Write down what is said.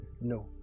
No